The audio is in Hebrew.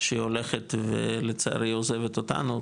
שהולכת ולצערי עוזבת אותנו,